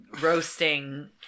roasting